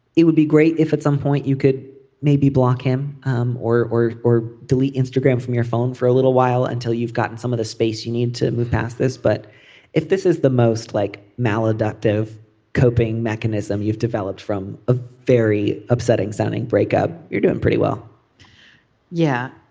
it would be great if at some point you could maybe block him um or or or delete instagram from your phone for a little while until you've gotten some of the space you need to move past this. but if this is the most like maladaptive coping mechanism you've developed from a very upsetting sounding breakup you're doing pretty well yeah.